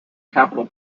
capital